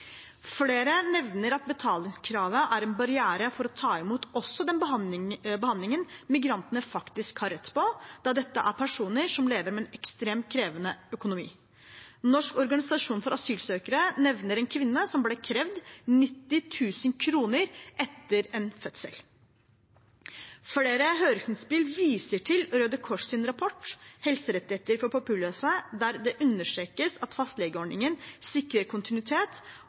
Flere nevner at betalingskravet er en barriere for å ta imot også den behandlingen migrantene faktisk har rett på, da dette er personer som lever med en ekstremt krevende økonomi. Norsk organisasjon for asylsøkere nevner en kvinne som ble krevd for 90 000 kr etter en fødsel. Flere høringsinnspill viser til Røde Kors’ rapport «Helserettigheter for «papirløse»», der det understrekes at fastlegeordningen sikrer kontinuitet